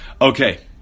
okay